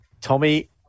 Tommy